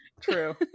true